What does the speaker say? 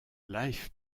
life